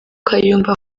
kayumba